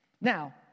Now